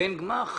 לבין גמ"ח,